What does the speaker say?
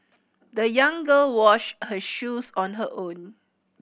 the young girl washed her shoes on her own